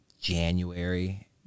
January